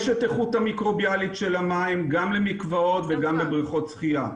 בתקנות יש איכות המיקרוביאלית של המים גם למקוואות וגם לבריכות שחייה.